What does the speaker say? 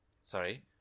Sorry